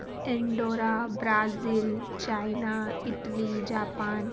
Andorra Brazil China Italy Japan